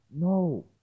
No